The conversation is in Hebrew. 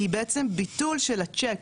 היא בעצם ביטול של הצ'ק,